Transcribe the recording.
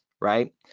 right